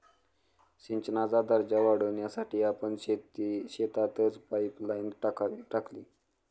सिंचनाचा दर्जा वाढवण्यासाठी आपण शेतातच पाइपलाइन टाकली